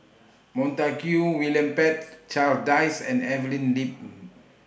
Montague William Pett Charles Dyce and Evelyn Lip